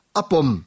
apom